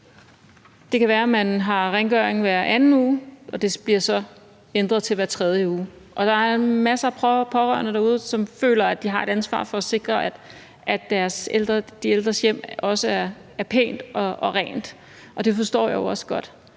Det kan være, at man har rengøring hver anden uge, og at det så bliver ændret til hver tredje uge, og der er også masser af pårørende derude, som føler, at de har et ansvar for at sikre, at de ældres hjem er pænt og rent, og det forstår jeg jo også godt.